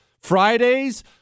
Fridays